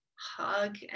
hug